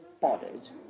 bodies